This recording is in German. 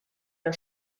der